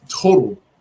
total